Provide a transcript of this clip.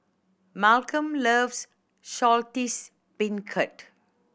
Malcom loves Saltish Beancurd